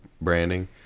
branding